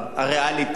נקרא להן כך,